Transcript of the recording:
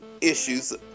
issues